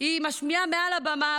היא משמיעה מעל הבמה,